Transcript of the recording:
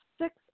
six